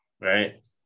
Right